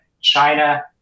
China